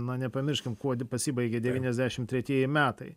na nepamirškim kuo pasibaigė devyniasdešimt tretieji metai